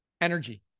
energy